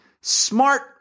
smart